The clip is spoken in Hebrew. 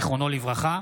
זיכרונו לברכה.